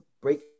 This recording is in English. break